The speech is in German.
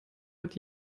hat